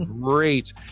great